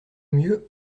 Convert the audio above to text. mieux